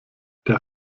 der